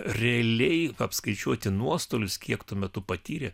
realiai apskaičiuoti nuostolius kiek tuo metu patyrė